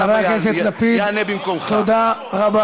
חבר הכנסת לפיד, תודה רבה.